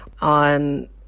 on